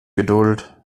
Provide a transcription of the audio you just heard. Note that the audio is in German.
geduld